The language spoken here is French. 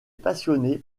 passionné